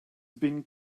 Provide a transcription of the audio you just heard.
been